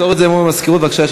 לפתור את זה מול המזכירות, בבקשה.